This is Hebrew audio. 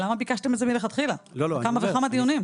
למה ביקשתם את זה מלכתחילה, כמה וכמה דיונים היו.